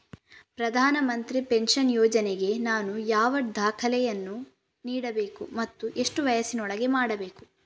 ಪ್ರಧಾನ ಮಂತ್ರಿ ಪೆನ್ಷನ್ ಯೋಜನೆಗೆ ನಾನು ಯಾವ ದಾಖಲೆಯನ್ನು ನೀಡಬೇಕು ಮತ್ತು ಎಷ್ಟು ವಯಸ್ಸಿನೊಳಗೆ ಮಾಡಬೇಕು?